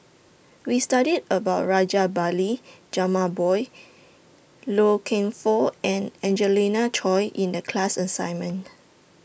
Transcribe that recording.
We studied about Rajabali Jumabhoy Loy Keng Foo and Angelina Choy in The class assignment